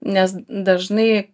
nes dažnai